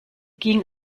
ging